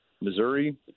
Missouri